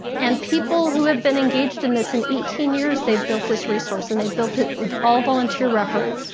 and people who have been engaged in this, in eighteen years, they've built this resource, and they've built it with all volunteer effort.